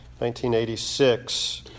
1986